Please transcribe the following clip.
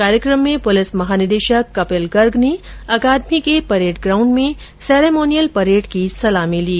कार्यक्रम में पुलिस महानिदेशक कपिल गर्ग ने अकादमी के परेड ग्राउण्ड में सेरेमोनियल परेड की सलामी ली